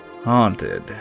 Haunted